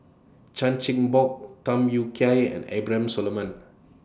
Chan Chin Bock Tham Yui Kai and Abraham Solomon